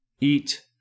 eat